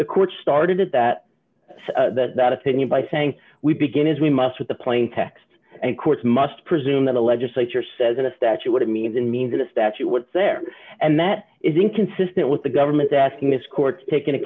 the court started it that that opinion by saying we begin as we must with the plain text and courts must presume that the legislature says in a statute what it means and means in the statute what's there and that is inconsistent with the government asking this court to take into